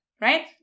right